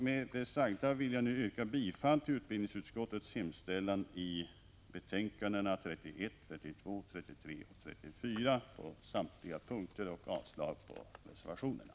Med det sagda vill jag yrka bifall till utbildningsutskottets hemställan i betänkandena 31, 32, 33 och 34 på samtliga punkter och avslag på reservationerna.